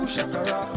Shakara